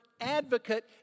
advocate